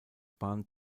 bahn